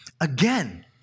again